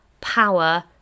power